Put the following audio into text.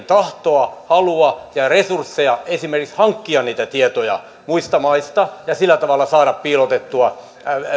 tahtoa halua ja resursseja esimerkiksi hankkia niitä tietoja muista maista ja sillä tavalla saada piilotettua